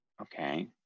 Okay